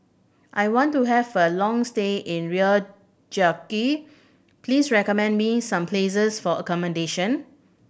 I want to have a long stay in Reykjavik please recommend me some places for accommodation